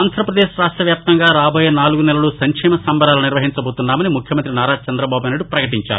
ఆంధ్రాపదేశ్ రాష్ట వ్యాప్తంగా రాబోయే నాలుగు నెలలూ సంక్షేమ సంబరాలు నిర్వహించబోతున్నామని ముఖ్యమంతి నారా చంద్రబాబునాయుడు పకటించారు